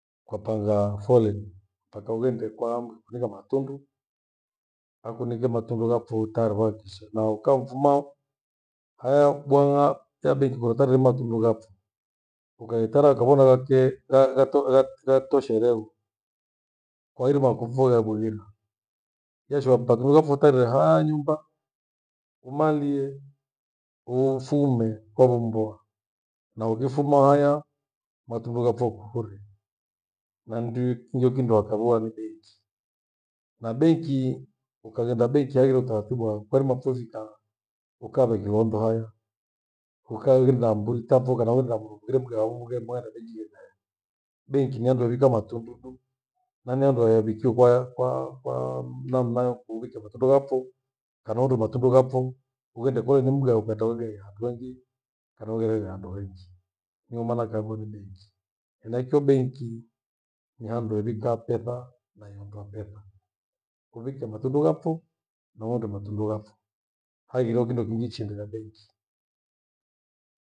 Kwa panga foleni, mpaka ughende kwa mukunika matundu, akunike matundu ghapho utare vakikishe nao. Ukamfuma hoo, haya bwang’a ya benki kuratarima tundu ghapho, ukahetara ukavona ake- ghatoka ghato- shereho kwa irima kuphu yaghuvirwa. Keshua mtakuruya fotereha nyumba umalie ufume kwa vumbua na ukifuma haya matundu gapho hure. Na ndui- k- injokindo akavoa ni benki. Na benki, ukaghenda benki haghire utaratibu wavo, kwairima fuefika ukave kilonzo haya. Ukaghe na mburi tapho kana ughende na mrundu mughire mgauu ugei mwana tajile. Benki ni handu hevika matundu du na ni handu hayavikio kwaya kwa- kwaam- namnayo kuwikia matondo ghafo kana unde matundu ghafo uende kwae nimga wa ukanda wegeha handu wengi kana hughirire handu wenji. Niumana kako ni benki henachio benki ni handu hewika petha na iondowa petha, kuvikia matundu ghapho na uondoe matundu ghapho, haghiro kindo kinjichi hendira benki.